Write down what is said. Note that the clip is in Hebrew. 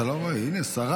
אתה לא רואה, הינה שרה.